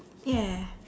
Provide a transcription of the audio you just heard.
ya